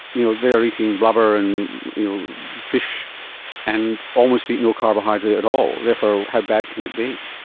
you know they are eating blubber and fish and almost eat no carbohydrate at all, therefore how bad can it be?